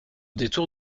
détour